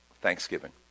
Thanksgiving